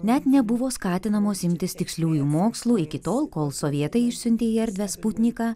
net nebuvo skatinamos imtis tiksliųjų mokslų iki tol kol sovietai išsiuntė į erdvę sputniką